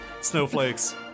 snowflakes